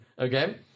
okay